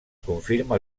confirma